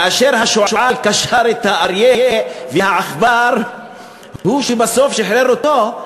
כאשר השועל קשר את האריה והעכבר הוא שבסוף שחרר אותו.